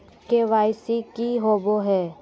KYC की होबो है?